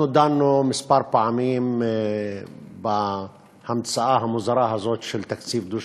אנחנו דנו כמה פעמים בהמצאה המוזרה הזאת של תקציב דו-שנתי,